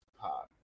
pop